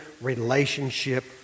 relationship